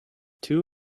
two